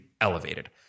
elevated